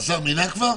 מינה כבר?